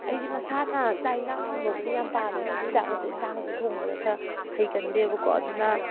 ꯑꯩꯗꯤ ꯃꯁꯥꯅ ꯆꯥꯛ ꯏꯟꯖꯥꯡ ꯊꯣꯡꯕꯕꯨꯗꯤ ꯌꯥꯝ ꯄꯥꯝꯃꯦꯕ ꯑꯗꯨꯑꯣꯏ ꯇꯥꯔꯒꯁꯨ ꯏꯟꯖꯥꯡꯁꯦ ꯊꯣꯡꯕꯗ ꯈꯔ ꯍꯩꯒꯟꯗꯦꯕꯀꯣ ꯑꯗꯨꯅ